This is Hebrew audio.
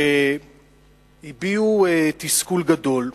שהביעו תסכול גדול,